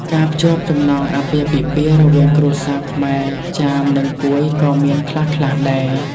ការភ្ជាប់ចំណងអាពាហ៍ពិពាហ៍រវាងគ្រួសារខ្មែរ ចាម និងកួយក៏មានខ្លះៗដែរ។